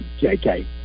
jk